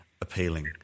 appealing